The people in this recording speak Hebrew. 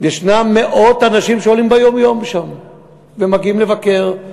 מאות אנשים עולים לשם ביום-יום ומגיעים לבקר,